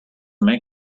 make